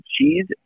cheese